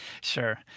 Sure